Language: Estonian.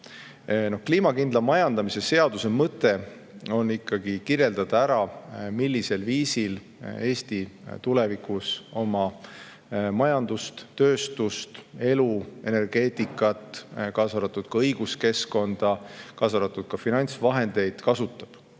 Kliimakindla majandamise seaduse mõte on kirjeldada ära, millisel viisil Eesti tulevikus oma majandust, tööstust, energeetikat, kaasa arvatud õiguskeskkonda ja finantsvahendeid kasutab.